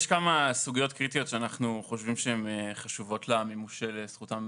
יש כמה סוגיות קריטיות שאנחנו חושבים שהן חשובות למימוש של זכויותיהם